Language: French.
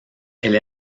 elle